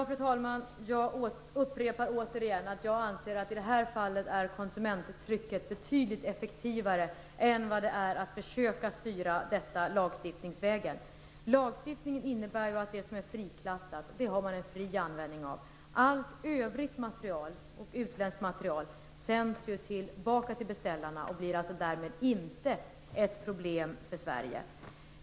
Fru talman! Jag upprepar att jag anser att i det här fallet är konsumenttrycket betydligt effektivare än vad det är att försöka styra detta lagstiftningsvägen. Lagstiftning innebär att det som är friklassat har man fri användning av. Allt övrigt utländskt material sänds tillbaka till beställarna och blir därmed inte ett problem för Sverige.